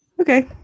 Okay